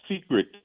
secret